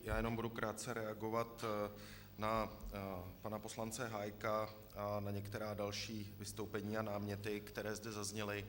Já budu jen krátce reagovat na pana poslance Hájka a na některá další vystoupení a náměty, které zde zazněly.